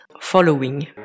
Following